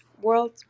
world